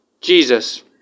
Jesus